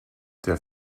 der